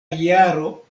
jaro